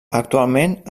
actualment